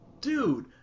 dude